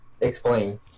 Explain